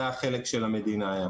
זה החלק של המדינה בתוכנית.